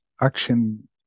action